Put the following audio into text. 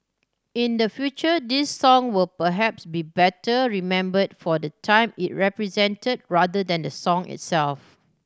in the future this song will perhaps be better remembered for the time it represented rather than the song itself